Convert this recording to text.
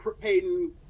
Payton